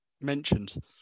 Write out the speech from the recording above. mentioned